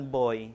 boy